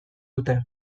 dute